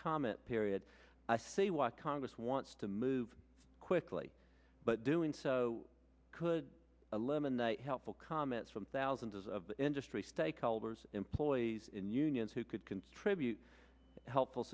comment period i see why congress wants to move quickly but doing so could eliminate helpful comments from thousands of industry stakeholders employees in unions who could contribute helpful